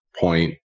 point